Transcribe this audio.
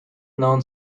known